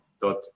dot